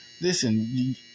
Listen